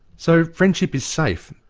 so, friendship is safe?